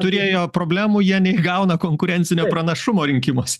turėjo problemų jie neįgauna konkurencinio pranašumo rinkimuose